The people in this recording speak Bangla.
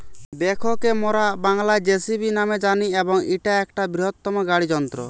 ব্যাকহো কে মোরা বাংলায় যেসিবি ন্যামে জানি এবং ইটা একটা বৃহত্তম গাড়ি যন্ত্র